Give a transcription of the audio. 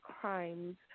crimes